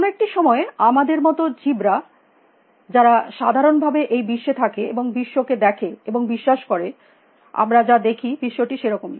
কোনো একটি সময়ে আমাদের মত জীব রা যারা সাধারণ ভাবে এই বিশ্বে থাকে এবং বিশ্বকে দেখে এবং বিশ্বাস করে আমরা যা দেখি বিশ্ব্ টি সেরকমই